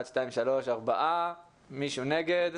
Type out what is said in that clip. מי נגד?